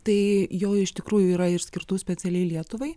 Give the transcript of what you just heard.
tai jo iš tikrųjų yra ir skirtų specialiai lietuvai